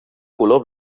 color